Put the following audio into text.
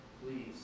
please